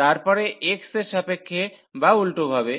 তারপরে x এর সাপেক্ষে বা উল্টোভাবে